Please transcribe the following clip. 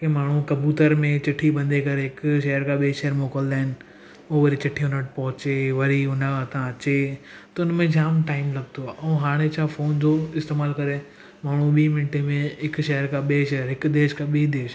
कीअं माण्हू कबूतर में चिठी बंधे करे हिकु शहर खां ॿे शहरु मोकिलंदा आहिनि उहो चिठी हुन वटि पहुचे वरी हुन वटि अचे त हुन में जाम टाइम लॻंदो आहे ऐं हाणे छा फोन जो इस्तेमालु करे माण्हू ॿी मिंटे में हिकु शहर खां ॿिए शहर हिकु देश खां ॿिए देश